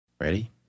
Ready